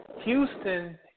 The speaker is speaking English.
Houston